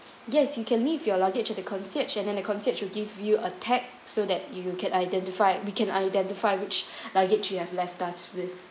yes you can leave your luggage at the concierge and then the concierge would give you a tag so that you can identify we can identify which luggage you have left us with